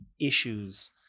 issues